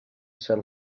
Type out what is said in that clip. sell